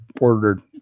ordered